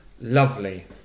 Lovely